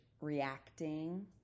reacting